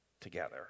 together